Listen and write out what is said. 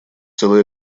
целый